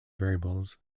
variables